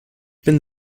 bin